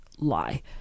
lie